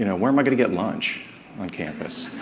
you know, where am i going to get lunch on campus.